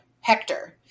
Hector